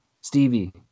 Stevie